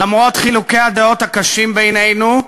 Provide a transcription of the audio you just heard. למרות חילוקי הדעות הקשים בינינו,